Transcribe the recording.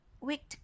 wicked